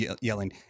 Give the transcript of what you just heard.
yelling